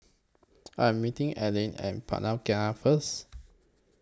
I Am meeting Eliana At Jalan Pelikat First